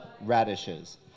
radishes